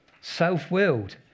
self-willed